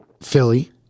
Philly